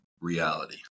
Reality